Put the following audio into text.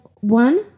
one